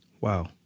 Wow